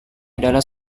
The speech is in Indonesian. adalah